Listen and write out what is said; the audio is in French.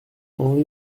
henri